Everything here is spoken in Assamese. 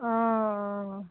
অঁ